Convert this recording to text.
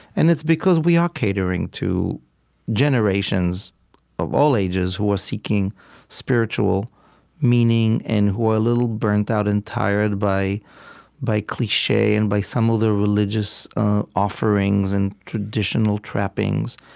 and it's because we are catering to generations of all ages who are seeking spiritual meaning and who are a little burnt out and tired by by cliche and by some of the religious offerings and traditional trappings.